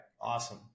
awesome